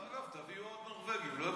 אגב, תביאו עוד נורבגים, לא הבנתי.